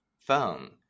phone